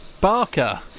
barker